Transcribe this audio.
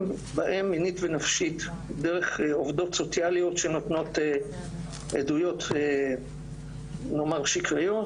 בהם מינית ונפשית דרך עובדות סוציאליות שמתנות עדויות נאמר שקריות,